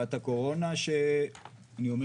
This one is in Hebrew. מגיפת הקורונה בעיצומה,